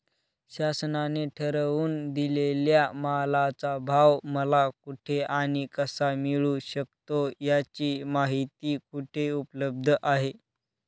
शासनाने ठरवून दिलेल्या मालाचा भाव मला कुठे आणि कसा मिळू शकतो? याची माहिती कुठे उपलब्ध आहे?